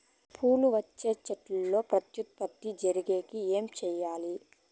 పూలు వచ్చే చెట్లల్లో ప్రత్యుత్పత్తి జరిగేకి ఏమి చేయాలి?